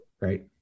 Right